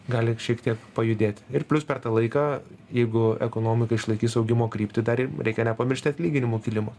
gali šiek tiek pajudėti ir plius per tą laiką jeigu ekonomika išlaikys augimo kryptį dar ir reikia nepamiršti atlyginimų kilimo